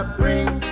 bring